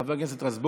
חבר הכנסת רזבוזוב,